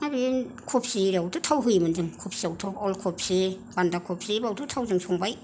आरो बे खफियावथ' थाव होयोमोन जों खफियावथ' अल कफि बान्दा कफि बावथ' थावजों संबाय